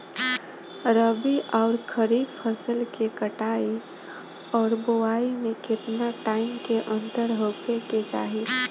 रबी आउर खरीफ फसल के कटाई और बोआई मे केतना टाइम के अंतर होखे के चाही?